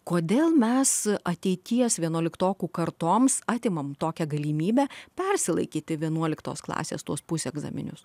kodėl mes ateities vienuoliktokų kartoms atimame tokią galimybę persilaikyti vienuoliktos klasės tuos pusę egzaminus